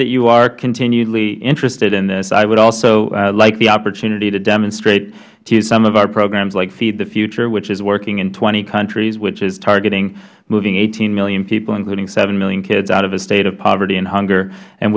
that you are continually interested in this i would also like the opportunity to demonstrate some of our programs like feed the future which is working in twenty countries targeting moving eighteen million people including seven million kids out of the state of poverty and hunger